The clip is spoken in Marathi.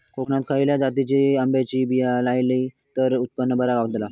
कोकणात खसल्या जातीच्या आंब्याची कलमा लायली तर उत्पन बरा गावताला?